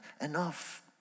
enough